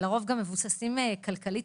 חלקם גם מבוססים כלכלית,